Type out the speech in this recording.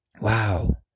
Wow